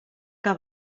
que